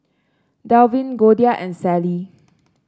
Delvin Goldia and Sally